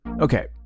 Okay